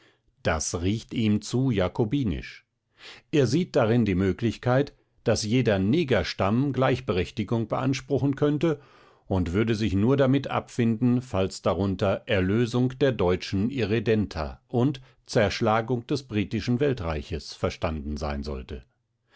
das riecht ihm zu jakobinisch er sieht darin die möglichkeit daß jeder negerstamm gleichberechtigung beanspruchen könnte und würde sich nur damit abfinden falls darunter erlösung der deutschen irredenta und zerschlagung des britischen weltreiches verstanden sein sollte